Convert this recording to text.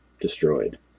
destroyed